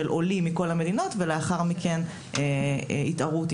לעולים מכל המדינות ולאחר מכן שילוב עם הצברים.